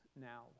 now